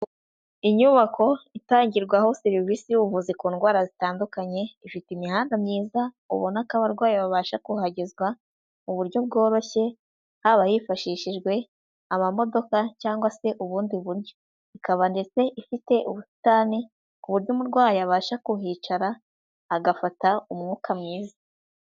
Inyubako itangirwaho serivisi y'ubuvuzi ku ndwara zitandukanye, ifite imihanda myiza ubona ko abarwayi babasha kuhagezwa mu buryo bworoshye, haba hifashishijwe amamodoka cyangwa se ubundi buryo. Ikaba ndetse ifite ubusitani ku buryo umurwayi abasha kuhicara agafata umwuka mwiza.